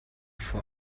vor